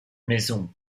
maison